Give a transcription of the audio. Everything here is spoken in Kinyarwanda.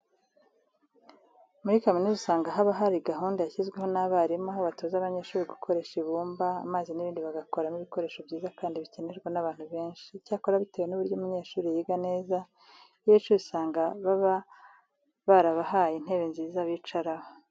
Muri kaminuza usanga haba hari gahunda yashyizweho n'abarimu aho batoza abanyeshuri gukoresha ibumba, amazi n'ibindi bagakoramo ibikoresho byiza kandi bikenerwa n'abantu benshi. Icyakora bitewe n'uburyo umunyeshuri yiga neza iyo yicaye, usanga baba barabahaye intebe nziza bicaraho.